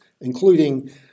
including